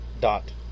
dot